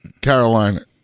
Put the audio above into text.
Carolina